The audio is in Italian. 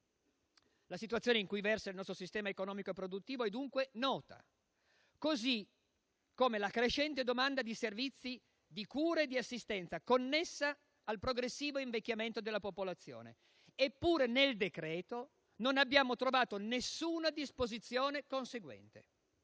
La situazione in cui versa il nostro sistema economico e produttivo è dunque nota, così come la crescente domanda di servizi di cura e di assistenza connessa al progressivo invecchiamento della popolazione. Eppure, nel decreto non abbiamo trovato alcuna disposizione conseguente.